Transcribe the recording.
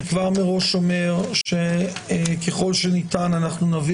אני כבר מראש אומר שככל שניתן אנחנו נביא